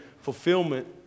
fulfillment